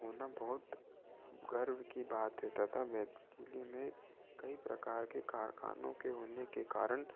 होना बहुत गर्व की बात है तथा बैतूल में कई प्रकार के कारख़ानो के होने के कारण